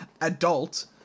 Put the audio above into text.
adult